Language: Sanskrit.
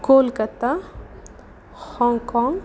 कोल्कत्ता होङ्काङ्ग्